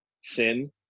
sin